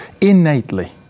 innately